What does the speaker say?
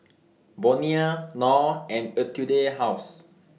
Bonia Knorr and Etude House